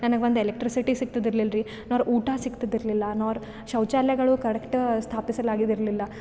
ನನಗೆ ಒಂದು ಎಲೆಕ್ಟ್ರಿಸಿಟಿ ಸಿಕ್ತಿದಿರ್ಲಿಲ್ಲ ರೀ ನಾರ್ ಊಟ ಸಿಕ್ತಿದಿರ್ಲಿಲ್ಲ ನಾರ್ ಶೌಚಾಲಯಗಳು ಕರೆಕ್ಟ್ ಸ್ಥಾಪಿಸಲಾಗಿದಿರ್ಲಿಲ್ಲ